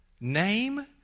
name